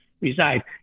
reside